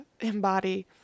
embody